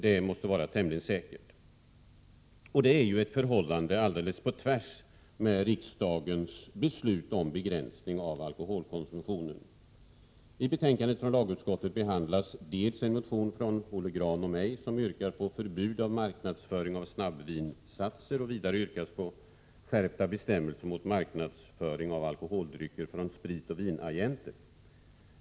Det är ett förhållande som går på tvärs med riksdagens beslut om att begränsa alkoholkonsumtionen. I betänkandet från lagutskottet behandlas en motion från Olle Grahn och mig, i vilken vi yrkar på förbud av marknadsföring av snabbvinsatser. Vidare yrkar vi på skärpta bestämmelser mot marknadsföring av alkoholdrycker från spritoch vinagenter.